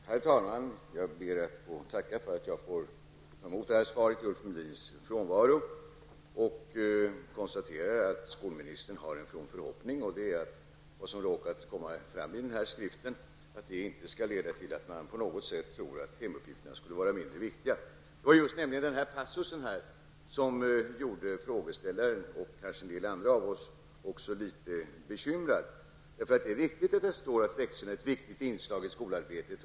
Herr talman! Jag ber att få tacka för att JAG får ta emot det här svaret i Ulf Melins frånvaro. Jag konstaterar att skolministern har en from förhoppning om att det som råkat komma fram i den här skriften inte skall leda till att man på något sätt tror att hemuppgifterna skulle vara mindre viktiga. Det var nämligen den passusen som gjorde frågeställaren, och kanske en del andra av oss, litet bekymrad. Det är viktigt att det står att läxorna är ett viktigt inslag i skolarbetet.